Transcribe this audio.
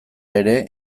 ere